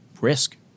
risk